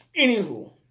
Anywho